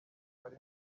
hari